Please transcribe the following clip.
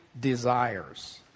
desires